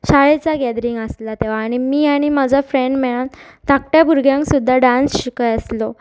शाळेच गॅदरींग आसला तेवा आनी आनी म्हाजो फ्रेंड मेळून धाकट्या भुरग्यांक सुद्दा डांस शिकय आसलो